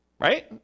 Right